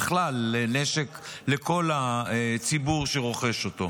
ובכלל לנשק לכל הציבור שרוכש אותו.